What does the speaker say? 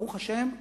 ברוך השם,